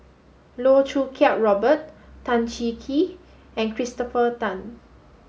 Loh Choo Kiat Robert Tan Cheng Kee and Christopher Tan